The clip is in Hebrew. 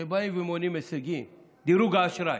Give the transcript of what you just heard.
כשבאים ומונים הישגים, דירוג האשראי,